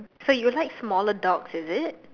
so you like smaller dogs is it